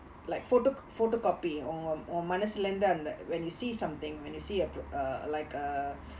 like photo~ photocopy உன் உன் மனசுல இருந்து:un un manasula irunthu like when you see something when you see a p~ uh like uh